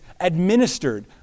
administered